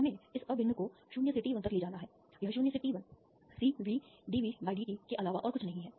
तो हमें इस अभिन्न को 0 से t1 तक ले जाना है यह 0 से t1 CVdvdt के अलावा और कुछ नहीं है